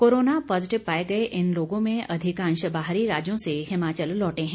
corona positive पाए गए इन लोगों में अधिकांश बाहरी राज्यों से हिमाचल लौटे हैं